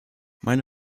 meine